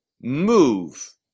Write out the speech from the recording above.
move